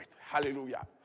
Hallelujah